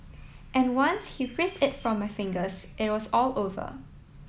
and once he prised it from my fingers it was all over